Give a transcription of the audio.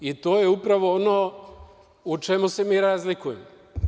I to je upravo ono u čemu se mi razlikujemo.